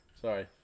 Sorry